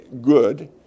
good